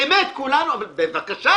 באמת, אבל בבקשה,